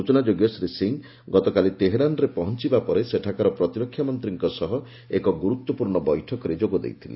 ସୂଚନାଯୋଗ୍ୟ ଶ୍ରୀ ସିଂହ ଗତକାଲି ତେହ୍ରାନ୍ରେ ପହଞ୍ଚବା ପରେ ସେଠାକାର ପ୍ରତିରକ୍ଷା ମନ୍ତ୍ରୀଙ୍କ ସହ ଏକ ଗୁରୁତ୍ୱପୂର୍ଣ୍ଣ ବୈଠକରେ ଯୋଗ ଦେଇଥିଲେ